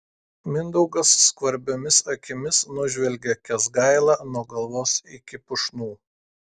mindaugas skvarbiomis akimis nužvelgia kęsgailą nuo galvos iki pušnų